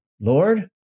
Lord